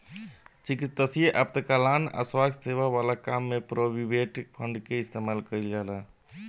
चिकित्सकीय आपातकाल स्वास्थ्य सेवा वाला काम में प्रोविडेंट फंड के इस्तेमाल कईल जाला